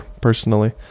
personally